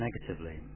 negatively